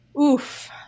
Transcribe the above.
Oof